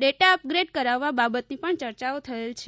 data upgrade કરાવવા બાબતની પણ ચર્ચાઓ થયેલ હતી